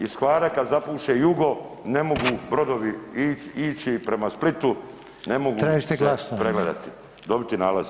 Iz Hvara kada zapuše jugo ne mogu brodovi ići prema Splitu ne mogu se pregledati, dobiti nazal.